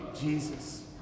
Jesus